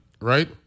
right